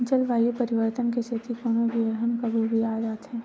जलवायु परिवर्तन के सेती कोनो भी अलहन कभू भी आ जाथे